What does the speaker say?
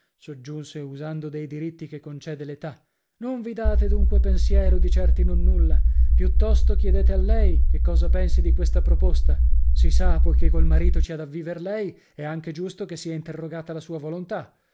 soggiunse usando dei diritti che concede l'età non vi date dunque pensiero di certi nonnulla piuttosto chiedete a lei che cosa pensi di questa proposta si sa poichè col marito ci ha da vivere lei è anche giusto che sia interrogata la sua volontà